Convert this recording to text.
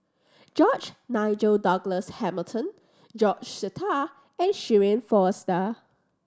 George Nigel Douglas Hamilton George Sita and Shirin Fozdar